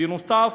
בנוסף,